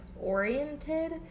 oriented